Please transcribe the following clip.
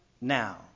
now